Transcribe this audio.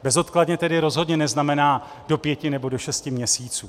Bezodkladně tedy rozhodně neznamená do pěti nebo do šesti měsíců.